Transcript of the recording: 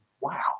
Wow